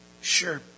Sure